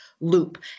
loop